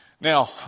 Now